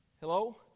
Hello